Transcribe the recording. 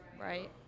right